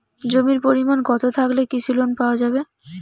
জমির পরিমাণ কতো থাকলে কৃষি লোন পাওয়া যাবে?